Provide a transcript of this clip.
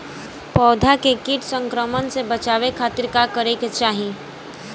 पौधा के कीट संक्रमण से बचावे खातिर का करे के चाहीं?